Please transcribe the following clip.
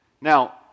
Now